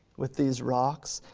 with these rocks.